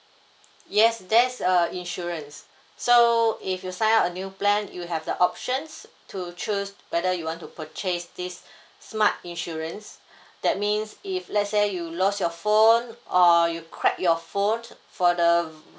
yes there's a insurance so if you sign up a new plan you have the options to choose whether you want to purchase this smart insurance that means if let's say you lost your phone or you crack your phone for the